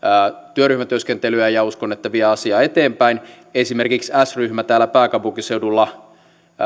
työryhmätyöskentelyä ja ja uskon että vie asiaa eteenpäin esimerkiksi s ryhmä täällä pääkaupunkiseudulla